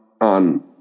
on